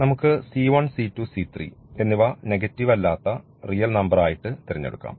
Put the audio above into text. നമുക്ക് c1 c2 c3 എന്നിവ negative അല്ലാത്ത റിയൽ നമ്പർ ആയിട്ട് തിരഞ്ഞെടുക്കാം